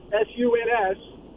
S-U-N-S